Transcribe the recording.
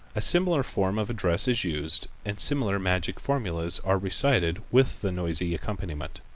a similar form of address is used and similar magical formulas are recited with the noisy accompaniment.